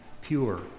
pure